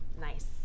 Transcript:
nice